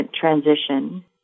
transition